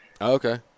Okay